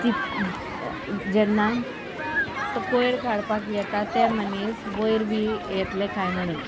तित जेन्ना तो कोयर काडपाक येता ते मनीस वयर बी येतले कांय म्हणून